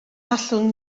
allwn